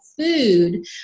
food